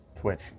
twitch